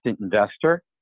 investor